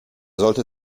sollte